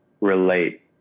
relate